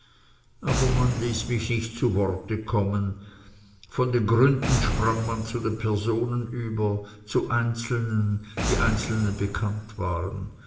aber man ließ mich nicht zu worte kommen von den gründen sprang man zu den personen über zu einzelnen die einzelnen bekannt waren